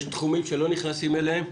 שיש תחומים שלא נכנסים אליהם.